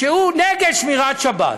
שהוא נגד שמירת שבת.